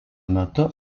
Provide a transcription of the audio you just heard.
metu